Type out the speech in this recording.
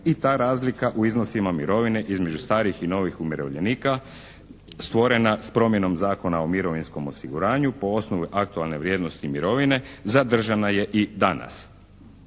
i ta razlika u iznosima mirovine između starih i novih umirovljenika stvorena s promjenom Zakona o mirovinskom osiguranju po osnovi aktualne vrijednosti mirovine, zadržana je i danas.